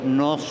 no